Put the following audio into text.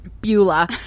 Beulah